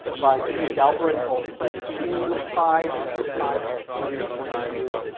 by g. galperin called playing pool with pi, the number pi from a billiard point of view.